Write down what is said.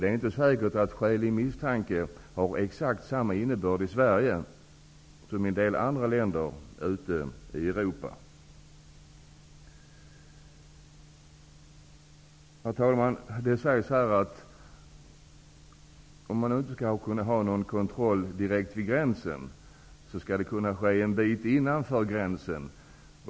Det är inte säkert att skälig misstanke har exakt samma innebörd i Sverige som i en del andra länder i Herr talman! Det sägs i svaret att om man inte kan ha en kontroll direkt vid gränsen, skall denna kontroll ske en bit innanför gränsen.